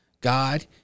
God